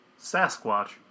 Sasquatch